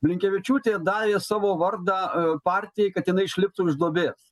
blinkevičiūtė davė savo vardą partijai kad jinai išliptų iš duobės